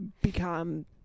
become